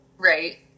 Right